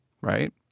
Right